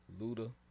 Luda